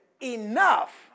enough